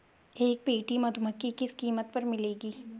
एक पेटी मधुमक्खी किस कीमत पर मिलेगी?